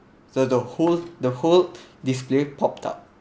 so the whole the whole display popped up